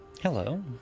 Hello